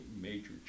major